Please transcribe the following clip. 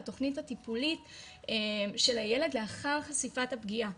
התוכנית הטיפולית של הילד לאחר חשיפת הפגיעה,